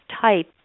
type